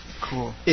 Cool